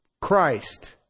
Christ